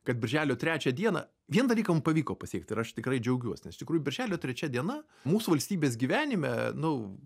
kad birželio trečią dieną vieną dalyką man pavyko pasiekt ir aš tikrai džiaugiuos nes iš tikrųjų birželio trečia diena mūsų valstybės gyvenime nu